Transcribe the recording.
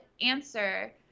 answer